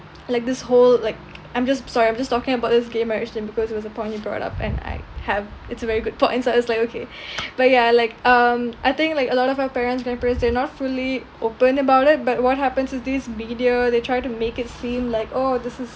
like this whole like I'm just I'm sorry I'm just talking about this gay marriage then because it was a point you brought up and I have it's a very good point so it's like okay but yeah like um I think like a lot of our parents grandparents they're not fully open about it but what happens is these media they try to make it seem like oh this is